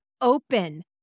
open